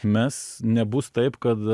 mes nebus taip kad